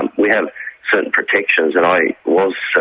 and we have certain protections, and i was,